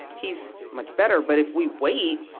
he's much better. but if we wait,